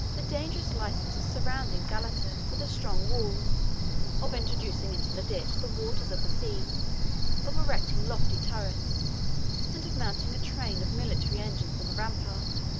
the dangerous license of surrounding galata with a strong wall of introducing into the ditch the waters of the sea of erecting lofty turrets and of mounting a train of military engines on the rampart.